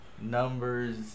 Numbers